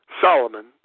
Solomon